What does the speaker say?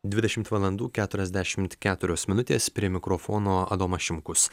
dvidešimt valandų keturiasdešimt keturios minutės prie mikrofono adomas šimkus